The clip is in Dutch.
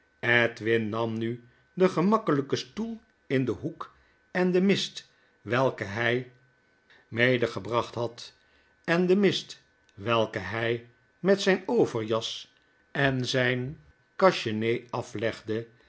edwin nam nu den gemakkelyken stoel in den hoek en de mist welke hy medegebracht had en de mist welke hy met zyn overjas en zijn cachenez aflegde